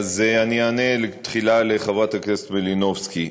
אענה בתחילה לדבריה של חברת הכנסת מלינובסקי,